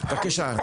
בבקשה,